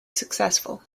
successful